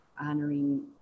honoring